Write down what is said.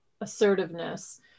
assertiveness